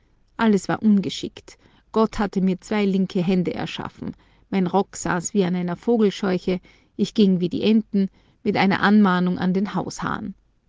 alles war ungeschickt gott hatte mir zwei linke hände erschaffen mein rock saß wie an einer vogelscheuche ich ging wie die enten mit einer anmahnung an den haushahn